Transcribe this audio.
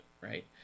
right